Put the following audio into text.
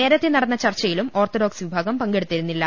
നേരത്തെ നടന്ന ചർച്ചയിലും ഓർത്തഡോക ്സ് വിഭാഗം പങ്കെടുത്തിരുന്നില്ല